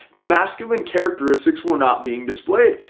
the masculine characteristics were not being displayed.